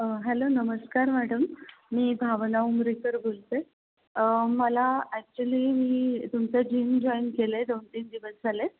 hello नमस्कार madam मी भावना उमरीकर बोलते मला ॲक्चुली मी तुमचं जिम जॉईन केलं आहे दोन तीन दिवस झाले